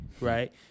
Right